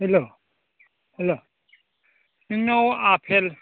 hello hello नोंनाव आफेल